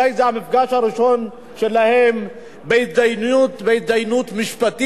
זה אולי אפילו המפגש הראשון שלהם בהתדיינות משפטית,